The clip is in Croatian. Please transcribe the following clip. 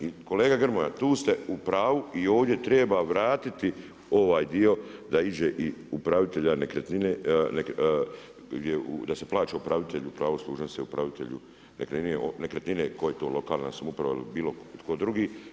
I kolega Grmoja, tu ste u pravu i ovdje treba vratiti ovaj dio da iđe i upravitelja nekretnine, da se plaća upravitelju pravo služnosti upravitelju nekretnine koji to lokalna samouprava ili bilo tko drugi.